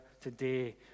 today